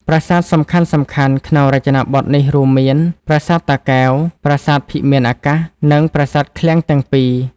ប្រាសាទសំខាន់ៗក្នុងរចនាបថនេះរួមមាន ប្រាសាទតាកែវ ប្រាសាទភិមានអាកាស និងប្រាសាទឃ្លាំងទាំងពីរ។